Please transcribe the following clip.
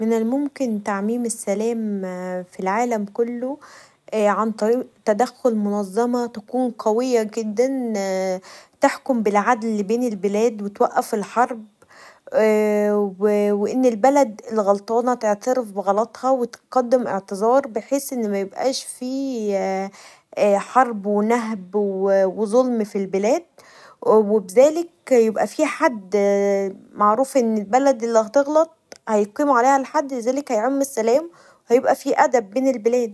من الممكن تعميم السلام في العالم كله عند طريق تدخل منظمه تكون قويه جدا تحكم بالعدل بين البلاد و توقف الحرب وان البلد الغلطانه تعترف بغلطها و تقدم اعتذار بحيث ميبقاش فيه حرب و نهب و ظلم ف البلاد و بذالك يكون في حد معروف ان البلد اللي هتغلط هيقيم عليها الحد لذالك هيعم السلام و هيبقي فيه ادب بين البلاد.